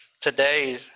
today